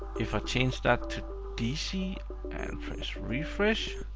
if i change that to dc and just refresh,